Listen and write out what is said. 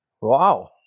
Wow